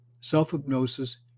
Self-hypnosis